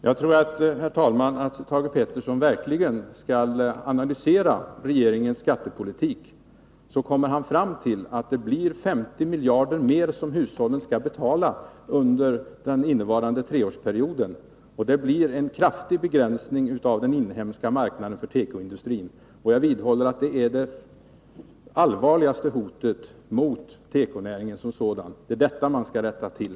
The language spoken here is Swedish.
Herr talman! Jag tror att Thage Peterson verkligen bör analysera regeringens skattepolitik. Han kommer då fram till att det blir 50 miljarder mer som hushållen och näringslivet skall betala under den innevarande treårsperioden. Det medför en kraftig begränsning av den inhemska marknaden för tekoindustrin. Jag vidhåller att det är det allvarligaste hotet mot tekonäringen som sådan. Det är detta man skall rätta till.